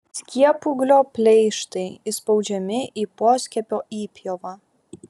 skiepūglio pleištai įspaudžiami į poskiepio įpjovą